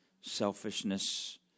Selfishness